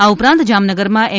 આ ઉપરાંત જામનગરના એમ